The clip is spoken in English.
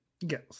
Yes